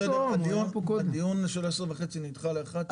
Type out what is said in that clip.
זה בסדר, הדיון של עשר וחצי נדחה ל-11.